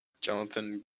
Jonathan